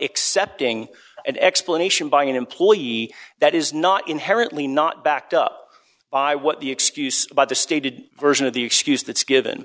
accepting an explanation by an employee that is not inherently not backed up by what the excuse by the stated version of the excuse that's given